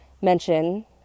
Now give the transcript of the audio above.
mention